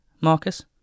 Marcus